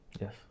yes